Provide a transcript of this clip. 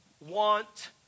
want